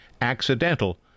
accidental